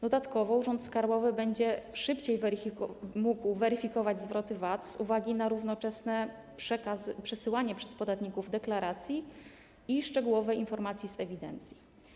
Dodatkowo urząd skarbowy będzie szybciej mógł weryfikować zwroty VAT z uwagi na równoczesne przesyłanie przez podatników deklaracji i szczegółowych informacji z ewidencji.